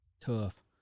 Tough